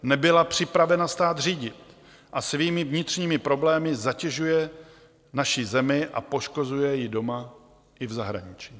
Nebyla připravena stát řídit, svými vnitřními problémy zatěžuje naši zemi a poškozuje ji doma i v zahraničí.